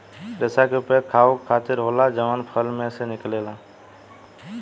रेसा के उपयोग खाहू खातीर होला जवन फल में से निकलेला